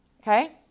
okay